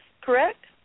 correct